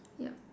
yup